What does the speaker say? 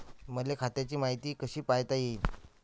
मले खात्याची मायती कशी पायता येईन?